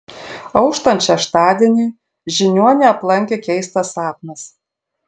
auštant šeštadieniui žiniuonį aplankė keistas sapnas